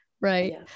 Right